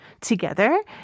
together